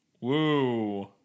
Woo